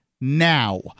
now